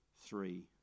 three